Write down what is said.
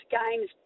games